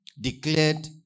declared